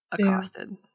accosted